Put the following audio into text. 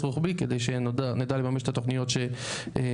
רוחבי כדי שנדע לממש את התוכניות שבנינו.